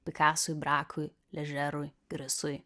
pikasui brakui ležerui grisui